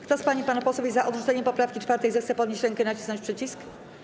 Kto z pań i panów posłów jest za odrzuceniem poprawki 4., zechce podnieść rękę i nacisnąć przycisk.